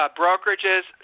brokerages